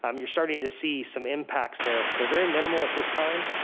um you're starting to see some impacts there. they're very minimal at this time,